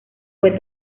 fue